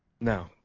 no